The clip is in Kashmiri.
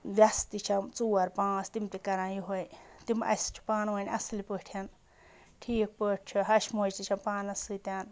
وٮ۪سہٕ تہِ چھَم ژور پانٛژھ تِم تہِ کَران یُہٕے تِم اَسہِ چھِ پانہٕ ؤنۍ اَصٕل پٲٹھۍ ٹھیٖک پٲٹھۍ چھِ ہَش موجہِ تہِ چھَم پانَس سۭتۍ